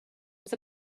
was